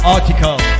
Article